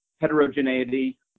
heterogeneity